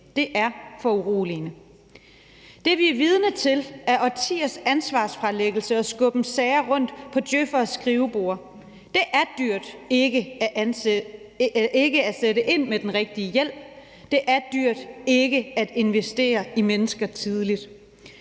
Det er foruroligende. Det, vi er vidne til, er årtiers ansvarsfralæggelse og skubben sager rundt på djøf'eres skriveborde. Det er dyrt ikke at sætte ind med den rigtige hjælp. Det er dyrt ikke at investere i mennesker tidligt.